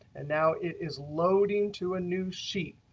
and now it is loading to a new sheet.